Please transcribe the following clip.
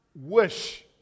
wish